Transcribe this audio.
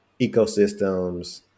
ecosystems